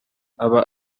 aba